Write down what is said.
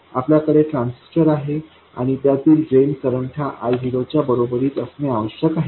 आपल्याकडे ट्रान्झिस्टर आहे आणि त्यातील ड्रेन करंट हा I0 च्या बरोबरीत असणे आवश्यक आहे